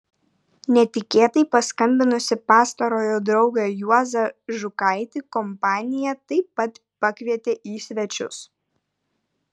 netikėtai paskambinusį pastarojo draugą juozą žukaitį kompanija taip pat pakvietė į svečius